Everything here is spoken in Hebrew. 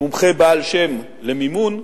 מומחה בעל שם למימון,